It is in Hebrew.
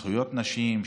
זכויות נשים,